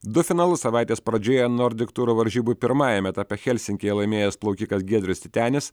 du finalus savaitės pradžioje nordik turo varžybų pirmajame etape helsinkyje laimėjęs plaukikas giedrius titenis